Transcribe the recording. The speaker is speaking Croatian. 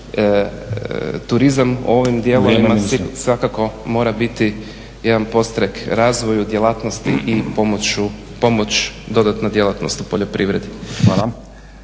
turizam u ovom dijelu svakako mora biti jedan podstrek razvoju djelatnost i pomoć dodatna djelatnost u poljoprivredi. **Stazić,